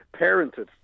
parented